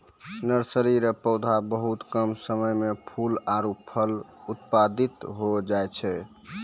nursery रो पौधा बहुत कम समय मे फूल आरु फल उत्पादित होय जाय छै